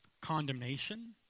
condemnation